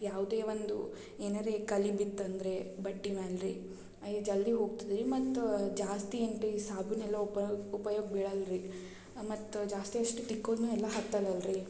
ಯಾವುದೇ ಒಂದು ಏನಾರೆ ಕಲೆ ಬಿತ್ತಂದರೆ ಬಟ್ಟೆ ಮ್ಯಾಲ ರೀ ಜಲ್ದಿ ಹೋಗ್ತದೆ ರೀ ಮತ್ತು ಜಾಸ್ತಿ ಏನು ರೀ ಸಾಬೂನು ಎಲ್ಲ ಉಪಯೋಗ ಉಪಯೋಗ ಬೀಳಲ್ಲ ರೀ ಮತ್ತು ಜಾಸ್ತಿ ಅಷ್ಟು ತಿಕ್ಕುದ್ನು ಎಲ್ಲ ಹತ್ತಲ್ವಲ್ಲ ರೀ